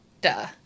duh